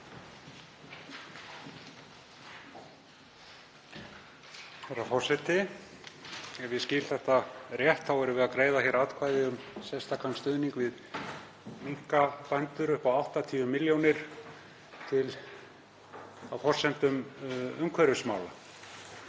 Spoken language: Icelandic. Herra forseti. Ef ég skil þetta rétt erum við að greiða atkvæði um sérstakan stuðning við minkabændur upp á 80 milljónir kr. á forsendum umhverfismála.